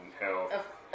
health